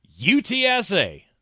UTSA